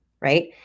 right